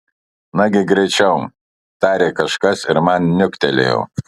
nagi greičiau tarė kažkas ir man niuktelėjo